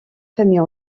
familles